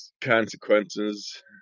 consequences